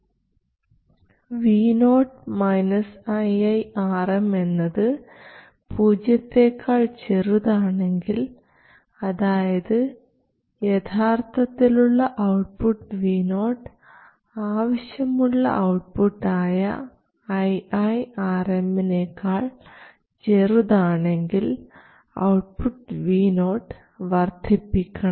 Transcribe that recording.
vo iiRm എന്നത് പൂജ്യത്തെക്കാൾ ചെറുതാണെങ്കിൽ അതായത് യഥാർത്ഥത്തിലുള്ള ഔട്ട്പുട്ട് vo ആവശ്യമുള്ള ഔട്ട്പുട്ട് ആയ iiRm നേക്കാൾ ചെറുതാണെങ്കിൽ ഔട്ട്പുട്ട് vo വർദ്ധിപ്പിക്കണം